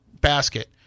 basket